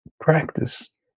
practice